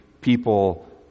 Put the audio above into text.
people